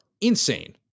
insane